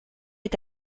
est